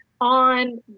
on